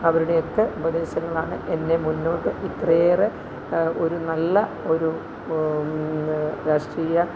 അവരുടെയൊക്കെ ഉപദേശങ്ങളാണ് എന്നെ മുന്നോട്ട് ഇത്രയേറെ ഒരു നല്ല ഒരു രാഷ്ട്രീയ